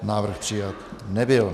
Návrh přijat nebyl.